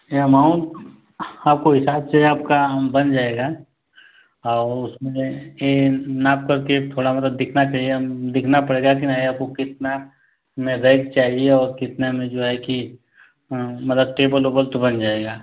amount आपको हिसाब से आपका बन जाएगा और उसमें ये नाप करके थोड़ा मोड़ा दिखना चाहिए देखना पड़ेगा की आपको कितना में रैख चाहिए और कितने में जो है की है की मतलब टेबल ओबल तो बन जाएगा